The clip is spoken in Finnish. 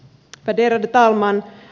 värderade talman